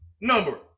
Number